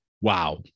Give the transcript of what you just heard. wow